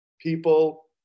People